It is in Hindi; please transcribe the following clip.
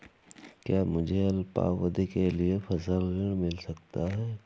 क्या मुझे अल्पावधि के लिए फसल ऋण मिल सकता है?